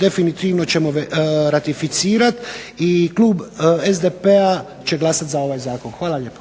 definitivno ćemo ratificirati i klub SDP-a će glasat za ovaj Zakon. Hvala lijepo.